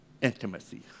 intimacy